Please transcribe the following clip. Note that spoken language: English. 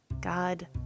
God